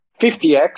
50x